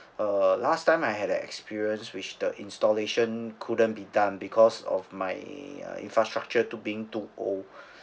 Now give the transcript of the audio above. uh last time I had the experience which the installation couldn't be done because of my uh infrastructure to being too old